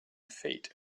fate